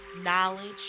knowledge